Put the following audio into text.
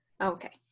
Okay